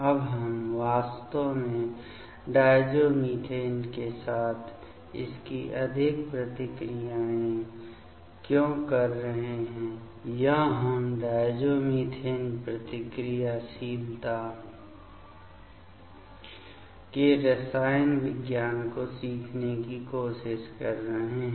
अब हम वास्तव में डायज़ोमिथेन के साथ इतनी अधिक प्रतिक्रियाएं क्यों कर रहे हैं या हम डायज़ोमीथेन प्रतिक्रियाशीलता के रसायन विज्ञान को सीखने की कोशिश कर रहे हैं